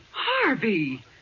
Harvey